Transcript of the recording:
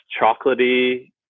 chocolatey